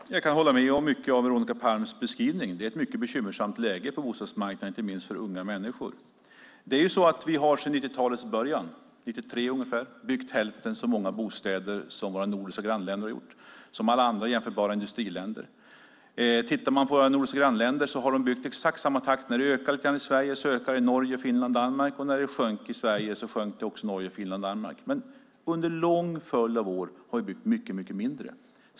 Herr talman! Jag kan hålla med om mycket i Veronica Palms beskrivning. Det är ett mycket bekymmersamt läge på bostadsmarknaden, inte minst för unga människor. Vi har sedan 90-talets början byggt hälften så många bostäder som våra nordiska grannländer och alla andra jämförbara industriländer har gjort. Våra nordiska grannländer har byggt i exakt samma takt. När det ökade i Sverige ökade det i Norge, Finland och Danmark. När det sjönk i Sverige sjönk det också i Norge, Finland och Danmark. Under en lång följd av år har det dock byggts mycket mindre.